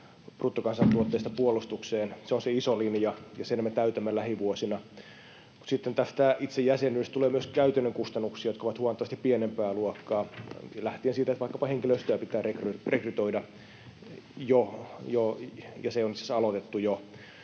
bruttokansantuotteesta puolustukseen. Se on se iso linja, ja sen me täytämme lähivuosina. Mutta sitten tästä itse jäsenyydestä tulee myös käytännön kustannuksia, jotka ovat huomattavasti pienempää luokkaa, lähtien siitä, että vaikkapa henkilöstöä pitää rekrytoida, ja se on siis aloitettu jo.